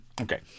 Okay